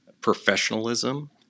professionalism